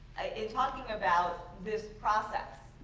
in talking about this process.